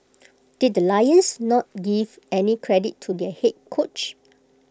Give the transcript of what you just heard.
did lions not give any credit to their Head coach